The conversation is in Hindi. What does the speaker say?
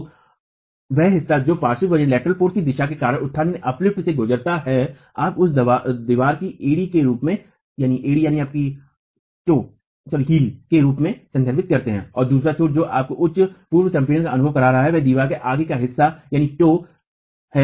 तो वह हिस्सा जो पार्श्व बल की दिशा के कारण उत्थान से गुज़रा है आप उस दीवार को एड़ी के रूप में संदर्भित करते हैं और दूसरा छोर जो अब उच्च पूर्व संपीड़न का अनुभव कर रहा है वह दीवार का आगे का हिस्सा है